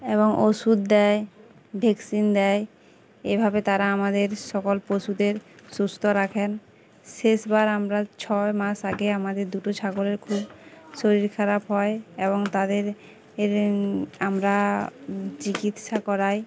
এবং ওষুধ দেয় ভ্যাকসিন দেয় এভাবে তারা আমাদের সকল পশুদের সুস্থ রাখেন শেষবার আমরা ছয় মাস আগে আমাদের দুটো ছাগলের খুব শরীর খারাপ হয় এবং তাদের এর আমরা চিকিৎসা করাই